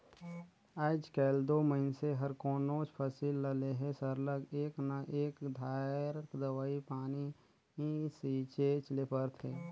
आएज काएल दो मइनसे हर कोनोच फसिल ल लेहे सरलग एक न एक धाएर दवई पानी छींचेच ले परथे